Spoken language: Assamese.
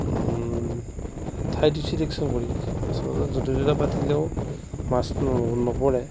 ঠাইতো চিলেকশ্বন কৰি আচলতে য'তে ত'তে পাতিলেও মাছটো নপৰে